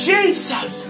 Jesus